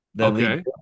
Okay